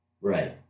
Right